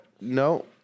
No